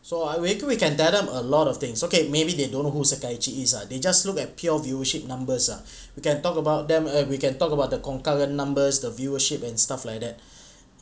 so I maybe we can tell them a lot of things it's okay maybe they don't know who sekaiichi is ah they just look at pure viewership numbers ah we can talk about them eh we can talk about the concurrent numbers the viewership and stuff like that